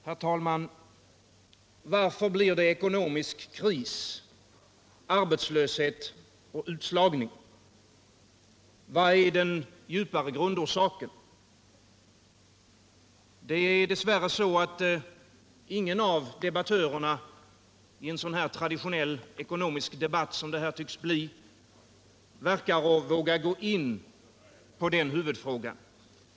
Herr talman! Varför blir det ekonomisk kris, arbetslöshet och utslagning? Vad är den djupare grundorsaken? Dess värre verkar det som om ingen av debattörerna i en sådan traditionell ekonomisk debatt, som det här tycks bli, vågar gå in på den huvudfrågan.